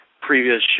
previous